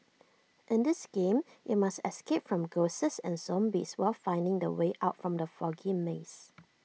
in this game you must escape from ghosts and zombies while finding the way out from the foggy maze